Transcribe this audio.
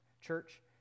Church